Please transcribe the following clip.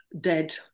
dead